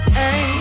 hey